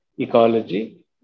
ecology